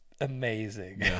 amazing